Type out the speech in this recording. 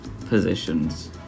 positions